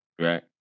right